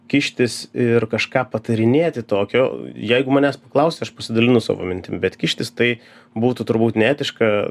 kištis ir kažką patarinėti tokio jeigu manęs paklausia aš pasidalinu savo mintim bet kištis tai būtų turbūt neetiška